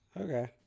Okay